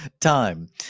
Time